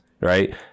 right